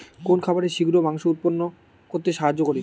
কোন খাবারে শিঘ্র মাংস উৎপন্ন করতে সাহায্য করে?